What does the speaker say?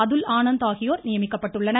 அதுல் ஆனந்த் ஆகியோர் நியமிக்கப்பட்டுள்ளனர்